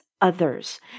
others